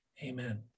Amen